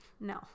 No